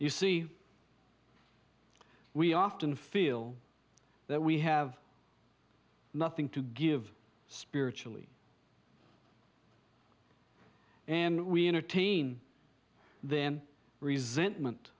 you see we often feel that we have nothing to give spiritually and we entertain then resent went